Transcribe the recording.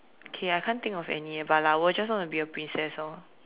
okay I can't think of any eh but like I will just want to be a princess orh